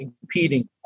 competing